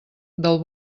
del